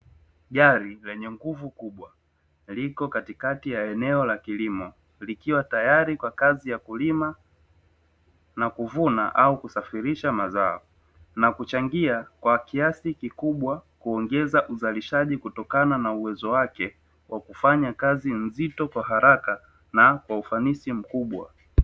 Gari lenye nguvu kubwa liko katikati ya eneo la kilimo, likiwa tayari kwa kazi ya kulima na kuvuna au kusafirisha mazao, na kuchangia kwa kiasi kikubwa kuongeza uzalishaji kutokana na uwezo wake, kwa kufanya kazi nzito kwa haraka na kwa ufanisi mkubwa.